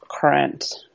current